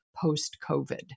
post-COVID